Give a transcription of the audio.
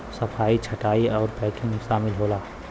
सफाई छंटाई आउर पैकिंग सामिल होला